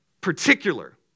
particular